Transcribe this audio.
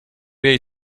jej